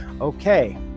Okay